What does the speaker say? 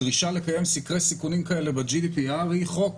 הדרישה לקיים סקרי סיכונים כאלה ב-GDPR היא חוק,